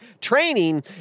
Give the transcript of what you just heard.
training